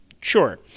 sure